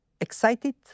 excited